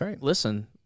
listen